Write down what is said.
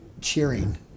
cheering